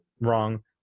wrong